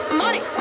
money